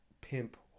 pimp